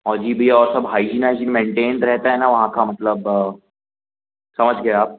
और जी भैया और सब हाइजीन आइजीन मैन्टेन रहति है ना वहाँ का मतलब समझ गए आप